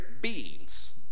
beings